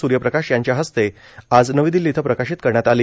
सूर्यप्रकाश यांच्या हस्ते आज नवी दिल्ली इथं प्रकाशित करण्यात आली